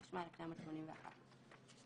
התשמ"א-1981"".